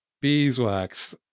beeswax